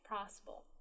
possible